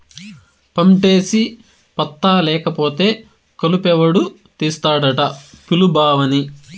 పంటేసి పత్తా లేకపోతే కలుపెవడు తీస్తాడట పిలు బావని